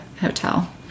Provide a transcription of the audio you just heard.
hotel